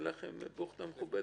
נופלת לכם בוכטה מכובדת.